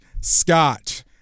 Scott